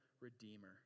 Redeemer